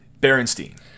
Berenstein